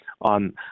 on